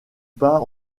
pas